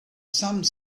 some